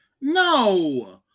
No